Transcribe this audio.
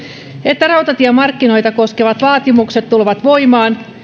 että rautatiemarkkinoita koskevat vaatimukset tulevat voimaan